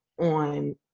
on